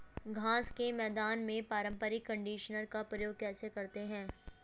घास के मैदान में पारंपरिक कंडीशनर का प्रयोग कैसे करते हैं?